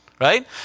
Right